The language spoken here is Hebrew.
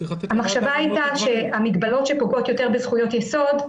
המחשבה הייתה שהמגבלות שפוגעות יותר בזכויות יסוד,